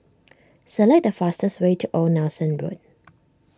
select the fastest way to Old Nelson Road